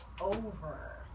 over